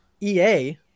ea